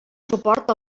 suport